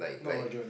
no urgent